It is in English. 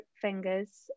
fingers